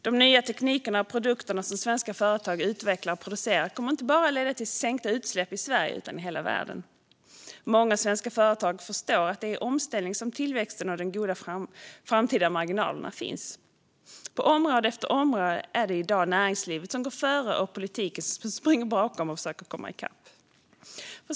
De nya teknikerna och produkterna som svenska företag utvecklar och producerar kommer att leda till sänkta utsläpp inte bara i Sverige utan i hela världen. Många svenska företag förstår att det är i omställningen som tillväxten och de goda framtida marginalerna finns. På område efter område är det i dag näringslivet som går före och politiken som springer bakom och försöker att komma i kapp.